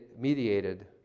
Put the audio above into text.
mediated